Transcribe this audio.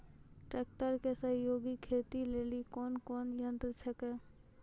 Tractor के सहयोगी खेती लेली कोन कोन यंत्र छेकै?